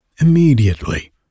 Immediately